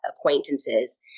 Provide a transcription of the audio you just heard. acquaintances